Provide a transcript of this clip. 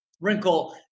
wrinkle